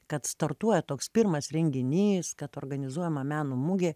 kad startuoja toks pirmas renginys kad organizuojama meno mugė